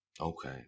Okay